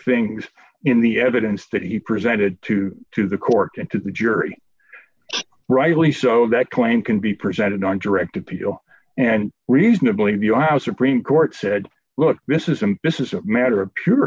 things in the evidence that he presented to to the court and to the jury rightly so that claim can be presented on direct appeal and reasonably be on how supreme court said look this isn't this is a matter of pure